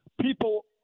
people